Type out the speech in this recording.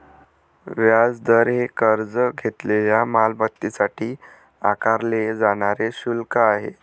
व्याज हे कर्ज घेतलेल्या मालमत्तेसाठी आकारले जाणारे शुल्क आहे